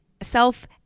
Self